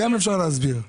אפשר להסביר.